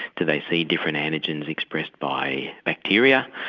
do they see different antigens expressed by bacteria,